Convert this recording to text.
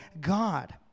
God